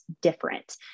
different